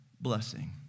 blessing